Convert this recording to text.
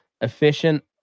efficient